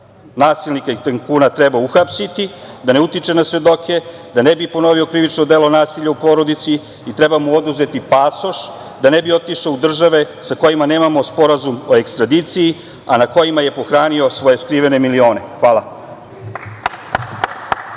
nasilnika i tajkuna treba uhapsiti, da ne utiče na svedoke, da ne bi ponovio krivično delo nasilja u porodici i treba mu oduzeti pasoš da ne bi otišao u države sa kojima nemamo sporazum o ekstradiciji a na kojima je pohranio svoje skrivene milione. Hvala.